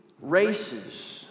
races